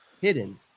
hidden